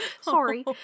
Sorry